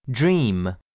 dream